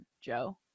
Joe